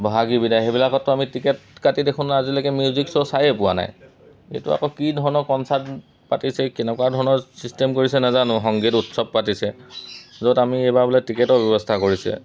বহাগী বিদায় সেইবিলাকতো আমি টিকেট কাটি দেখোন আজিলৈকে মিউজিক শ্ব' চায়ে পোৱা নাই এইটো আকৌ কি ধৰণৰ কনচাৰ্ট পাতিছে কেনেকুৱা ধৰণৰ ছিষ্টেম কৰিছে নাজানো সংগীত উৎসৱ পাতিছে য'ত আমি এইবাৰ বোলে টিকেটৰ ব্যৱস্থা কৰিছে